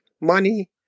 money